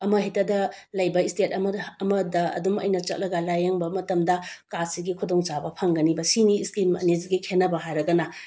ꯑꯃꯍꯦꯛꯇꯗ ꯂꯩꯕ ꯏꯁꯇꯦꯠ ꯑꯃꯗ ꯑꯗꯨꯝ ꯑꯩꯅ ꯆꯠꯂꯒ ꯂꯥꯏꯌꯦꯡꯕ ꯃꯇꯝꯗ ꯀꯥꯔꯠꯁꯤꯒꯤ ꯈꯨꯗꯣꯡꯆꯥꯕ ꯐꯪꯒꯅꯤꯕ ꯁꯤꯅꯤ ꯏꯁꯀꯤꯝ ꯑꯅꯤꯖꯤꯒꯤ ꯈꯦꯅꯕ ꯍꯥꯏꯔꯒꯅ